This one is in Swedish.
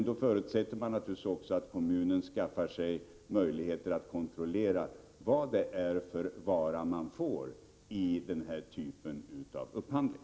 Det är naturligtvis då viktigt att kommunen skaffar sig möjligheter att kontrollera vilken vara det är man får vid en sådan upphandling.